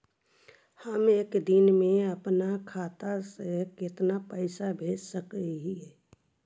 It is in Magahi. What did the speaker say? हम एक दिन में अपन खाता से कितना पैसा भेज सक हिय?